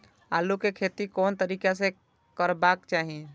आलु के खेती कोन तरीका से करबाक चाही?